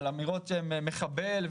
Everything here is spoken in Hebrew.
על אמירות כמו "מחבל",